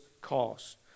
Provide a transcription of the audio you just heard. cost